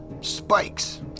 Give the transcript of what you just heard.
spikes